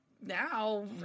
now